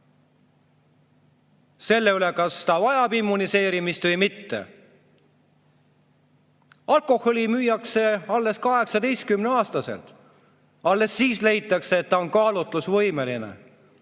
selle üle, kas ta vajab immuniseerimist või mitte. Alkoholi müüakse [alates]18. eluaastast, alles siis leitakse, et ta on kaalutlusvõimeline.